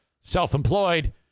self-employed